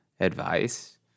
advice